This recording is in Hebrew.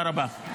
תודה רבה,